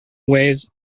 waves